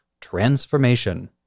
transformation